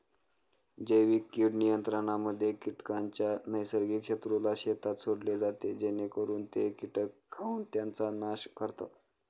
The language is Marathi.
जैविक कीड नियंत्रणामध्ये कीटकांच्या नैसर्गिक शत्रूला शेतात सोडले जाते जेणेकरून ते कीटक खाऊन त्यांचा नाश करतात